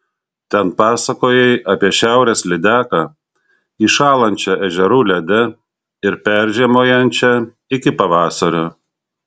ten pasakojai apie šiaurės lydeką įšąlančią ežerų lede ir peržiemojančią iki pavasario